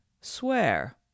swear